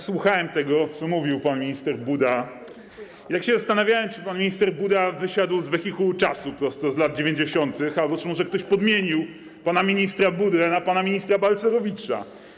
Słuchałem tego, co mówił pan minister Buda, i tak się zastanawiałem, czy pan minister Buda wysiadł z wehikułu czasu prosto z lat 90. albo czy może ktoś podmienił pana ministra Budę na pana ministra Balcerowicza.